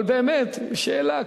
אבל שאלה,